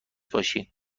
باشی